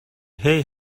hey